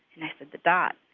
and i said, the dot?